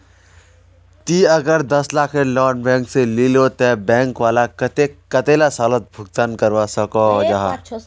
ती अगर दस लाखेर लोन बैंक से लिलो ते बैंक वाला कतेक कतेला सालोत भुगतान करवा को जाहा?